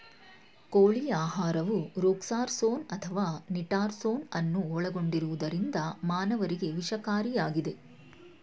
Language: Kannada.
ಕೋಳಿ ಆಹಾರವು ರೊಕ್ಸಾರ್ಸೋನ್ ಅಥವಾ ನಿಟಾರ್ಸೋನ್ ಅನ್ನು ಒಳಗೊಂಡಿರುವುದರಿಂದ ಮಾನವರಿಗೆ ವಿಷಕಾರಿಯಾಗಿದೆ